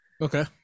Okay